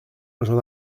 j’en